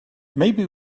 maybe